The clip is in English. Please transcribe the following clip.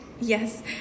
Yes